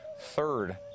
third